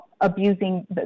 abusing